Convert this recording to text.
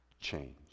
change